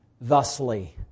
thusly